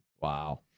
Wow